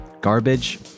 Garbage